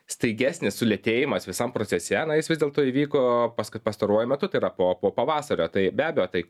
staigesnis sulėtėjimas visam procese na jis vis dėlto įvyko pask pastaruoju metu tai yra po po pavasario tai be abejo tai